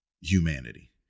humanity